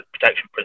protection